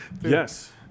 yes